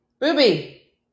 Ruby